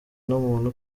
n’umuntu